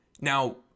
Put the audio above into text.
Now